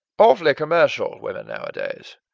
awfully commercial, women nowadays.